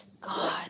God